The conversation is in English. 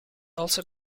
also